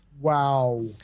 wow